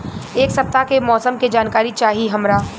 एक सपताह के मौसम के जनाकरी चाही हमरा